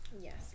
Yes